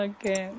Okay